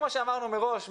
כמו שאמרנו מראש,